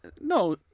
no